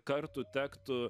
kartų tektų